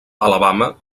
alabama